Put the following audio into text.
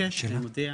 ביקש אני מודיע,